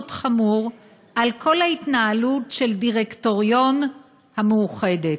חמור על כל ההתנהלות של דירקטוריון מאוחדת,